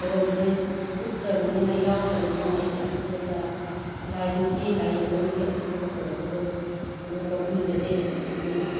ꯀꯩꯗꯧꯗꯅ ꯎꯠꯇ꯭ꯔꯕꯅꯤꯅ ꯌꯥꯎꯗ꯭ꯔꯕꯅꯤꯅ ꯑꯩꯒꯤ ꯑꯁꯣꯏꯕ ꯂꯥꯏꯗꯨꯒꯤ ꯂꯥꯏ ꯌꯦꯛꯄꯗꯨꯒꯤ ꯑꯁꯣꯏꯕ ꯀꯩꯗꯧꯕꯗꯣ ꯎꯕ ꯐꯪꯖꯗꯦ ꯑꯗꯨꯅ